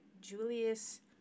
Julius